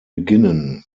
beginnen